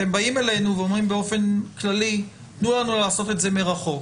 אתם באים אלינו ואומרים לנו באופן כללי: תנו לנו לעשות את זה מרחוק.